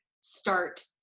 start